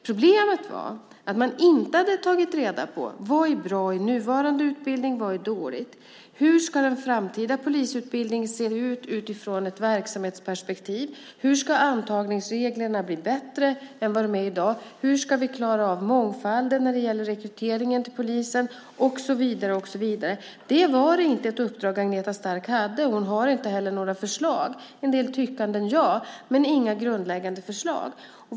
Problemet var att man inte hade tagit reda på vad som är bra respektive dåligt i nuvarande utbildning, hur den framtida polisutbildningen ska se ut utifrån ett verksamhetsperspektiv, hur antagningsreglerna ska bli bättre än vad de är i dag, hur man ska klara av mångfalden när det gäller rekryteringen till polisen, och så vidare. Det var inte ett uppdrag som Agneta Stark hade. Hon har inte heller några förslag - en del tyckanden, ja, men inga grundläggande förslag.